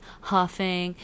huffing